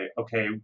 okay